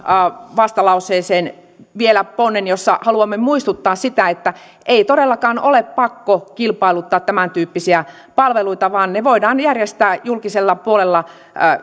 vastalauseeseen vielä ponnen jossa haluamme muistuttaa siitä että ei todellakaan ole pakko kilpailuttaa tämäntyyppisiä palveluita vaan ne voidaan järjestää julkisella puolella